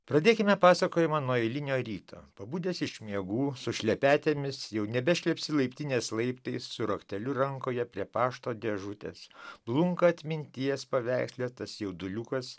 pradėkime pasakojimą nuo eilinio rytą pabudęs iš miegų su šlepetėmis jau nebe šlepsi laiptinės laiptais su rakteliu rankoje prie pašto dėžutės blunka atminties paveiksle tas jauduliukas